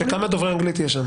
כמה דוברי אנגלית יש שם?